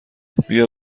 بیا